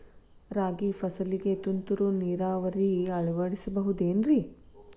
ರಾಗಿ ಫಸಲಿಗೆ ತುಂತುರು ನೇರಾವರಿ ಅಳವಡಿಸಬಹುದೇನ್ರಿ?